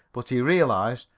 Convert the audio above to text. but he realized,